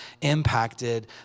impacted